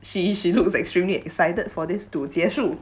she she looks extremely excited for this to 结束